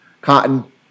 cotton